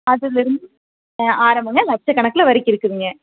அதிலருந்து ஆரம்பங்க லட்ச கணக்கில் வரைக்கும் இருக்குதுங்க